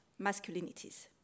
masculinities